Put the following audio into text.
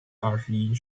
二十一